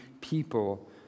people